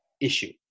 issue